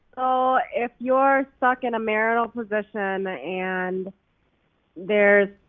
ah if you're stuck in a marital position and there's